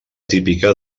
típica